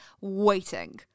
waiting